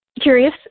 curious